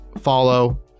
follow